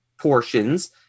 portions